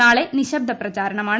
നാളെ നിശബ്ദ പ്രചാരണമാണ്